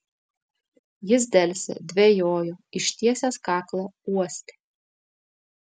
jis delsė dvejojo ištiesęs kaklą uostė